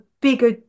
bigger